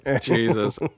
Jesus